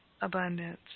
abundance